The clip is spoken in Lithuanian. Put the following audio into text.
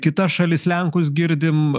kita šalis lenkus girdim